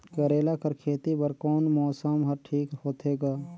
करेला कर खेती बर कोन मौसम हर ठीक होथे ग?